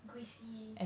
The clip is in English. greasy